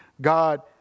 God